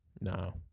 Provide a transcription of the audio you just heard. No